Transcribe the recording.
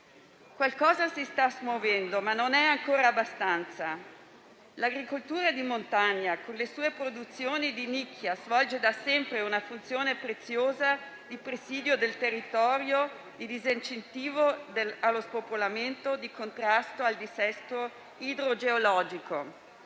Qualcosa si sta smuovendo, ma non è ancora abbastanza. L'agricoltura di montagna, con le sue produzioni di nicchia, svolge da sempre una funzione preziosa di presidio del territorio, disincentivo allo spopolamento e contrasto al dissesto idrogeologico.